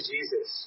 Jesus